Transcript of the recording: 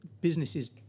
Businesses